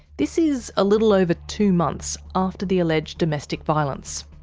this is a little over two months after the alleged domestic violence.